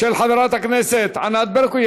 של חברת הכנסת ענת ברקו.